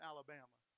Alabama